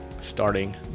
starting